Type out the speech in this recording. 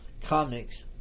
comics